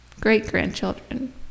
great-grandchildren